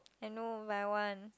and no like I want